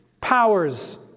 powers